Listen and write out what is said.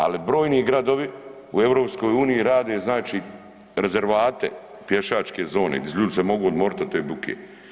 Al brojni gradovi u EU rade znači rezervoate pješačke zone di ljudi se mogu odmorit od te buke.